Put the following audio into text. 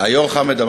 היושב-ראש חמד,